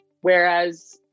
Whereas